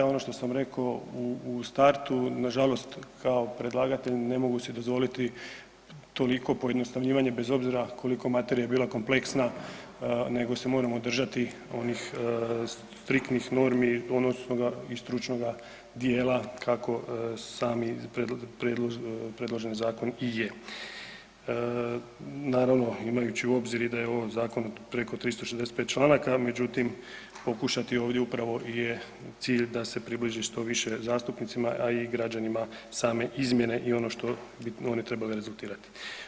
Ono što sam rekao u startu, nažalost kao predlagatelj ne mogu si dozvoliti toliko pojednostavljivanje bez obzira koliko materija bila kompleksna nego se moramo držati onih striktnih normi … [[Govornik se ne razumije]] i stručnoga dijela kako sami predloženi zakon i je, naravno imajući u obzir i da je u ovom zakonu preko 365 članaka, međutim pokušati ovdje upravo i je cilj da se približe što više zastupnicima, a i građanima same izmjene i ono što bi one trebale rezultirati.